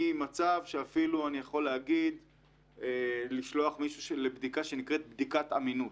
אפילו לשלוח מישהו לבדיקה שנקראת בדיקת אמינות.